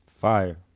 Fire